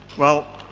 well,